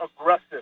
aggressive